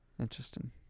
interesting